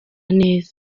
neza